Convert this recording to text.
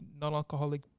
non-alcoholic